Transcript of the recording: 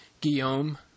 Guillaume